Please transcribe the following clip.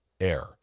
air